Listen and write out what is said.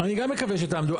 אני גם מקווה שתעמדו.